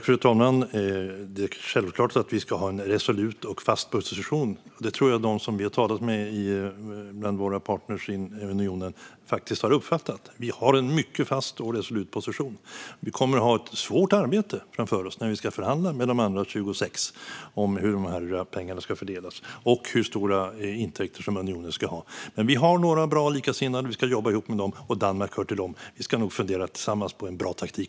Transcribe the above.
Fru talman! Det är självklart att vi ska ha en resolut och fast position. Det tror jag att de som vi har talat med bland våra partner i unionen har uppfattat. Vi har en mycket fast och resolut position. Vi kommer att ha ett svårt arbete framför oss när vi ska förhandla med de andra 26 om hur dessa pengar ska fördelas och hur stora intäkter unionen ska ha. Men vi har några bra likasinnade som vi ska jobba ihop med; Danmark hör till dem. Vi ska tillsammans fundera på en bra taktik.